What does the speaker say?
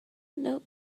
note